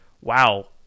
wow